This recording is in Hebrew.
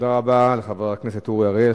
תודה רבה לחבר הכנסת אורי אריאל.